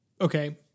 okay